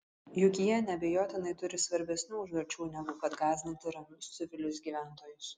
juk jie neabejotinai turi svarbesnių užduočių negu kad gąsdinti ramius civilius gyventojus